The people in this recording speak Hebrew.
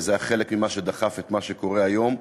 וזה היה חלק ממה שדחף את מה שקורה היום.